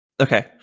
Okay